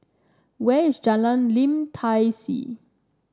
where is Jalan Lim Tai See